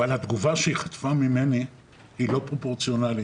אבל התגובה שהיא חטפה ממני היא לא פרופורציונלית.